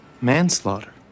Manslaughter